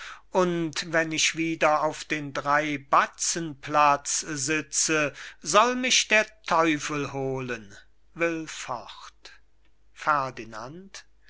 und wenn ich wieder auf dem dreibatzenplatz sitze soll mich der teufel holen will fort ferdinand